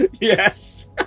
Yes